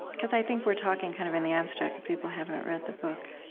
because i think we're talking kind of in the abstract, if people haven't read the book.